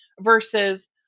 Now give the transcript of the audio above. versus